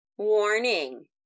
Warning